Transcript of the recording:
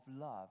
love